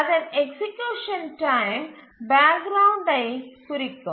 இங்கே அதன் execution time back கிரவுண்ட்டை குறிக்கும்